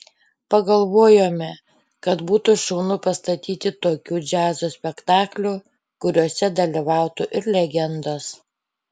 pagalvojome kad būtų šaunu pastatyti tokių džiazo spektaklių kuriuose dalyvautų ir legendos